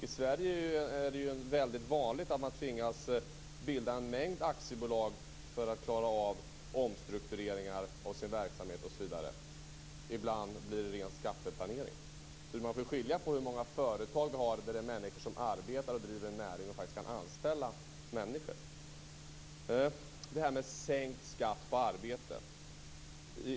I Sverige är det ju väldigt vanligt att man tvingas bilda en mängd aktiebolag för att klara av omstruktureringar av sin verksamhet osv. Ibland är det ren skatteplanering. Så man får ju göra en åtskillnad i fråga om hur många företag vi har där det är människor som arbetar, driver en näring och faktiskt kan anställa folk. Så till det här med sänkt skatt på arbete.